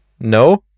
No